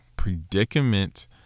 predicament